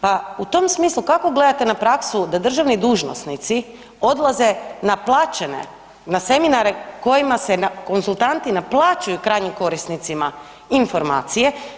Pa u tom smislu, kako gledate na praksu da državni dužnosnici odlaze na plaćene, na seminare kojima se konzultanti naplaćuju krajnjim korisnicima informacije?